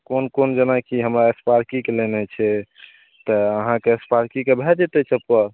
कोन कोन जेना कि हमरा स्पार्कीके लेनाइ छै तऽ अहाँके स्पार्कीके भए जेतय चप्पल